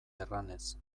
erranez